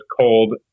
cold